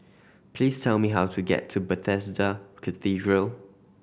please tell me how to get to Bethesda Cathedral